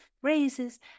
phrases